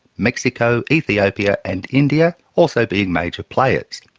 mexico, ethiopia and india also being major players.